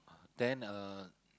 then uh